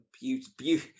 beauty